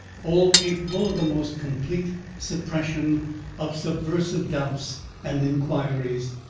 all capable of the most complete suppression of subversive doubts and inquiries,